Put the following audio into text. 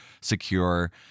secure